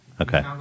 Okay